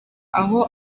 aho